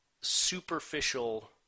superficial